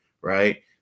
right